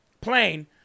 plane